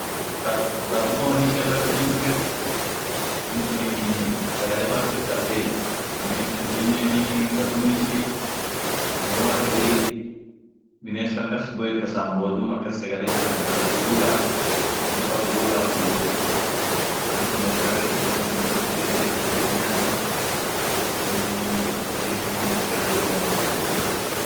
ra-rapupa woini ishia sun ak ishin tumiet min sunii sagale fa kasit kabdiey aminen kas ishenenii kasum ishiti, amo mara birri bines fa kasbuet kas himboo duum akas sagale ishian akas ak tururaat woni sun ak tururaa tumietiey, mal in biness kabeet ishenen achum kasit jirti achum kasit nyaati duumi akasinii sagale ishia borbadetiey.